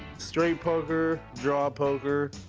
straight poker, draw poker.